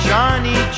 Johnny